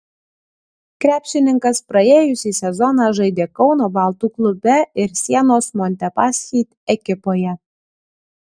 krepšininkas praėjusį sezoną žaidė kauno baltų klube ir sienos montepaschi ekipoje